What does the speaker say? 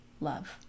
Love